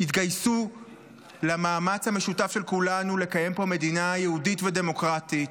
התגייסו למאמץ המשותף של כולנו לקיים פה מדינה יהודית ודמוקרטית.